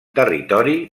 territori